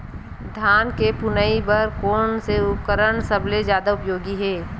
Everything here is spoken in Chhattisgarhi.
धान के फुनाई बर कोन से उपकरण सबले जादा उपयोगी हे?